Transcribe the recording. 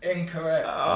Incorrect